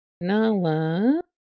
Nala